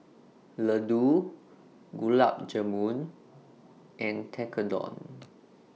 Ladoo Gulab Jamun and Tekkadon